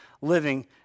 living